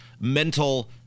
mental